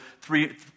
three